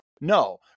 No